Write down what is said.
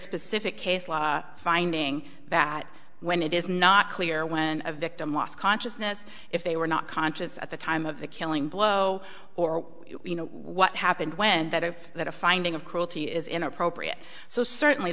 specific case law finding that when it is not clear when a victim lost consciousness if they were not conscious at the time of the killing blow or you know what happened when that is that a finding of cruelty is inappropriate so certainly